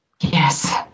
Yes